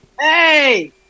Hey